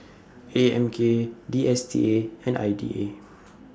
A M K D S T A and I D A